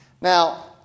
Now